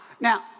now